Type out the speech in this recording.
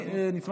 אני עובר הלאה.